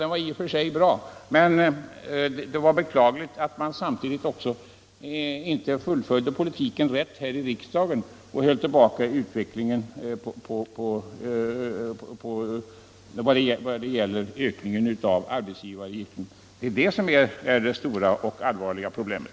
Den var i och för sig bra. Men det var beklagligt att man samtidigt inte också fullföljde politiken här i riksdagen och höll tillbaka utvecklingen vad det gäller ökningen av arbetsgivaravgiften. Det är det som är det stora och allvarliga problemet.